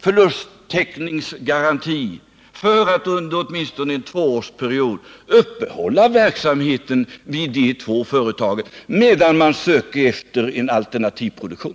förlusttäckningsgarantin för att åtminstone under en tvåårsperiod kunna uppehålla verksamheten, medan man sökte efter en alternativ produktion.